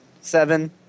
Seven